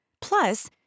Plus